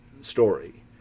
story